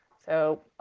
so